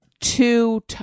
Two